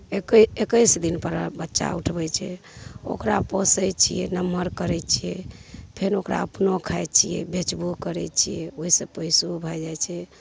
एकै एकैस दिनपर बच्चा उठबै छै ओकरा पोसै छिए नमहर करै छिए फेर ओकरा अपनो खाइ छिए बेचबो करै छिए ओहिसे पइसो भए जाए छै